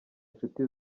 inshuti